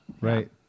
right